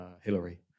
Hillary